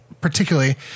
particularly